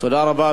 תודה רבה,